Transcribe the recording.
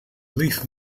lethal